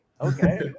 okay